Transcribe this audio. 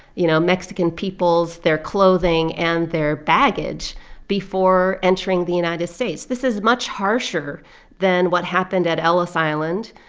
you know, mexican peoples, their clothing and their baggage before entering the united states this is much harsher than what happened at ellis island,